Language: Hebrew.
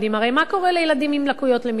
הרי מה קורה לילדים עם לקויות למידה?